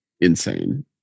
insane